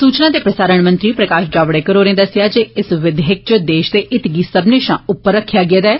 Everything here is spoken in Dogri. सूचना ते प्रसारण मंत्री प्रकाश जावडेकर होरें दस्सेआ जे इस विघेयक च देसै दे हितै गी सब्बने शा उप्पर रक्खेआ गेआ ऐ